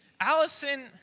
Allison